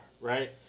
right